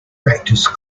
practice